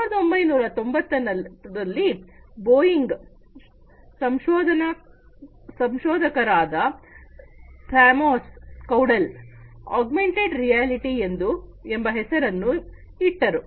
1990ರಲ್ಲಿ Boeing ಸಂಶೋಧಕರಾದ Thomas Caudell augmented reality ಎಂಬ ಹೆಸರನ್ನು ಇಟ್ಟರು